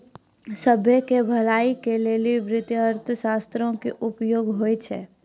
सभ्भे के भलाई के लेली वित्तीय अर्थशास्त्रो के उपयोग होय छै